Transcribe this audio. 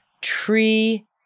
tree